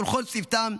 ולכל צוותם,